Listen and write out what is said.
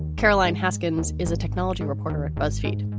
caroline haskins is a technology reporter at buzzfeed